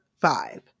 five